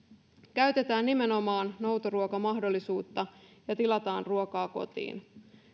käytetään nimenomaan noutoruokamahdollisuutta ja tilataan ruokaa kotiin